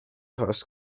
has